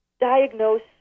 diagnose